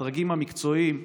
בדרגים המקצועיים,